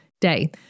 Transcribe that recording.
day